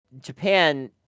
Japan